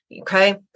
Okay